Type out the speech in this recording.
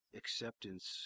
acceptance